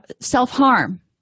self-harm